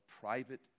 private